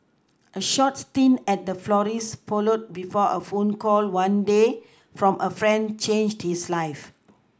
a short stint at a florist's followed before a phone call one day from a friend changed his life